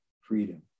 freedom